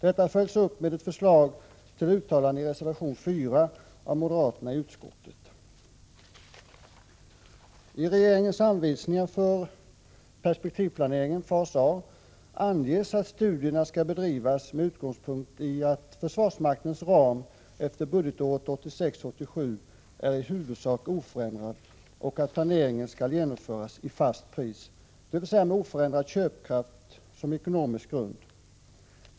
Detta följs upp med ett förslag till uttalande i reservation 4 av moderaterna i utskottet. I regeringens anvisningar för perspektivplanering, fas A, anges att studierna skall bedrivas med utgångspunkt i att försvarsmaktens ram efter budgetåret 1986/87 är i huvudsak oförändrad och att planeringen skall genomföras i fast pris, dvs. med oförändrad köpkraft såsom ekonomisk grund.